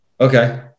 okay